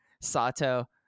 sato